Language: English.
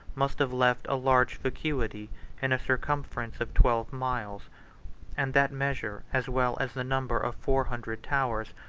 must have left a large vacuity in a circumference of twelve miles and that measure, as well as the number of four hundred towers,